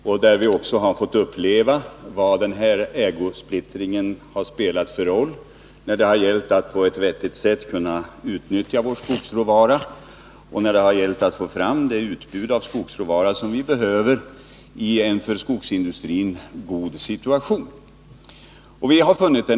Vi har också fått uppleva den roll som denna ägosplittring har spelat när det gällt att på ett vettigt sätt kunna utnyttja vår skogsråvara och få fram det utbud av skogsråvara som behövs i en för skogsindustrin god situation.